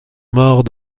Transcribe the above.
morts